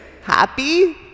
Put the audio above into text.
happy